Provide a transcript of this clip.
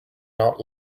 not